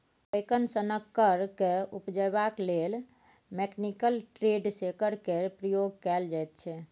पैकन सनक फर केँ उपजेबाक लेल मैकनिकल ट्री शेकर केर प्रयोग कएल जाइत छै